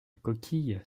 coquille